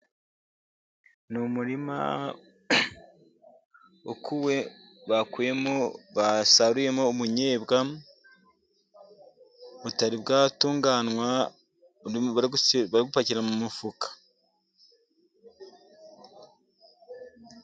Ni umurima ukuwe, bakuyemo basaruyemo ubunyebwa butari bwatunganwa, bari gupakira mu mufuka.